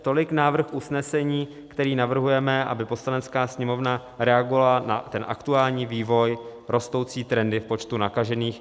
Tolik návrh usnesení, který navrhujeme, aby Poslanecká sněmovna reagovala na aktuální vývoj a rostoucí trendy v počtu nakažených.